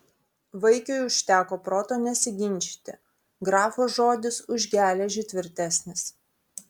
vaikiui užteko proto nesiginčyti grafo žodis už geležį tvirtesnis